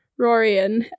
Rorian